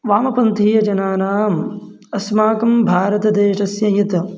वामपन्थीयजनानाम् अस्माकं भारतदेशस्य यत्